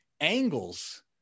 angles